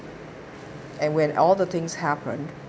and when all the things happen